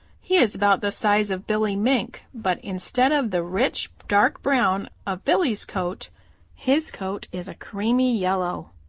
he is about the size of billy mink, but instead of the rich dark brown of billy's coat his coat is a creamy yellow.